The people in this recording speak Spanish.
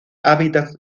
hábitats